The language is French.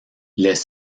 les